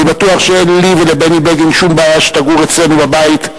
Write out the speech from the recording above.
אני בטוח שאין לי ולבני בגין שום בעיה שתגור אצלנו בבית.